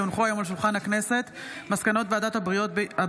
כי הונחו היום על שולחן הכנסת מסקנות ועדת הבריאות